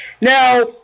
Now